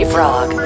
Frog